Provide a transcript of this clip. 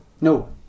no